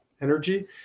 energy